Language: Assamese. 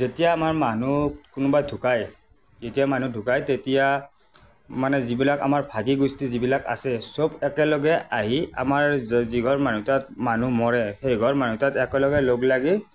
যেতিয়া আমাৰ মানুহ কোনোবা ঢুকায় যেতিয়া মানুহ ঢুকায় তেতিয়া মানে যিবিলাক আমাৰ ভাগি গোষ্ঠী যিবিলাক আছে চব একেলগে আহি আমাৰ যিঘৰ মানহ তাত মানুহ মৰে সেইঘৰ মানুহৰ তাত একেলগে লগ লাগি